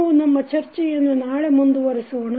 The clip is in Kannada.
ನಾವು ನಮ್ಮ ಚರ್ಚೆಯನ್ನು ನಾಳೆ ಮುಂದುವರಿಸೋಣ